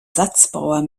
satzbauer